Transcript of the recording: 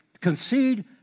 concede